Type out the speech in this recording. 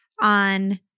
on